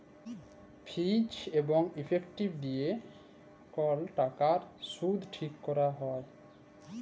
fees and effective দিয়ে কল টাকার শুধ ঠিক ক্যরা হ্যয়